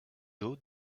eaux